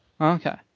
Okay